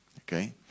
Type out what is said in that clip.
okay